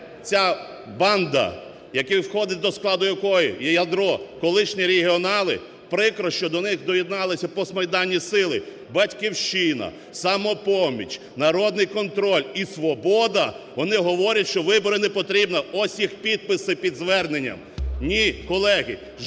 ця банда, які... входять до складу якої, її ядро – колишні регіонали, прикро, що до них доєдналися постмайданні сили: "Батьківщина", "Самопоміч", "Народний контроль" і "Свобода". Вони говорять, що вибори не потрібно, ось їх підписи під зверненням. Ні, колеги,